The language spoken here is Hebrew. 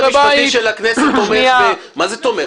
היועץ המשפטי של הכנסת תומך מה זה "תומך"?